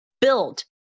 build